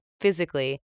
physically